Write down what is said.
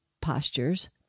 postures